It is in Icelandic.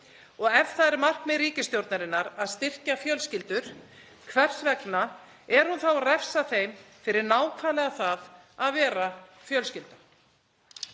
Ef það er markmið ríkisstjórnarinnar að styrkja fjölskyldur, hvers vegna er hún þá að refsa þeim fyrir nákvæmlega það að vera fjölskylda?